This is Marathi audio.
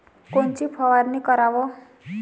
कोनची फवारणी कराव?